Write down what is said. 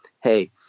hey